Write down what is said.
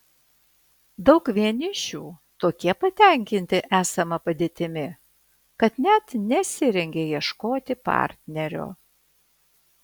daug vienišių tokie patenkinti esama padėtimi kad net nesirengia ieškoti partnerio